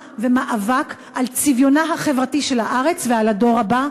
ומאבק על צביונה החברתי של הארץ ועל הדור הבא,